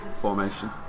formation